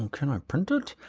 um can i print it?